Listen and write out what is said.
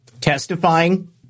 testifying